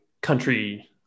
country